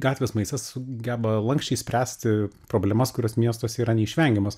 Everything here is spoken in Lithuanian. gatvės maistas geba lanksčiai spręsti problemas kurios miestuose yra neišvengiamos